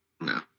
No